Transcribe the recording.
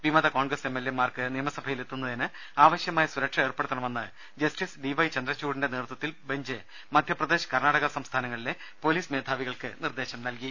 വിമത Congress M L A മാർക്ക് നിയമസഭയിൽ എത്തുന്നതിന് ആവശ്യമായ സുരക്ഷ ഏർപ്പെടുത്തണമെന്ന് ജസ്റ്റിസ് ഡി വൈ ചന്ദ്രചൂഡിന്റെ നേതൃത്വത്തിലുള്ള ബെഞ്ച് മധ്യപ്രദേശ് കർണ്ണാടക സംസ്ഥാനങ്ങളിലെ പൊലീസ് മേധാവികൾക്ക് നിർദ്ദേശം നല്കി